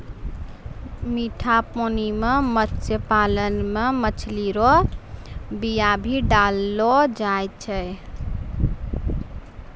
मीठा पानी मे मत्स्य पालन मे मछली रो बीया भी डाललो जाय छै